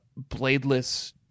bladeless